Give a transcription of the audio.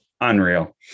unreal